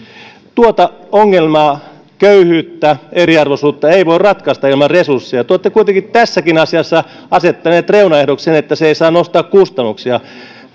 tuota ongelmaa köyhyyttä eriarvoisuutta ei voi ratkaista ilman resursseja te olette kuitenkin tässäkin asiassa asettanut reunaehdoksi sen että se ei saa nostaa kustannuksia